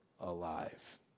alive